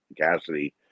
Cassidy